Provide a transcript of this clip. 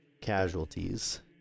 casualties